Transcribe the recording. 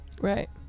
Right